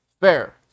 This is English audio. Fair